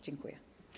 Dziękuję.